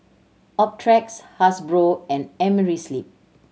Optrex Hasbro and Amerisleep